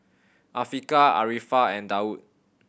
Afiqah Arifa and Daud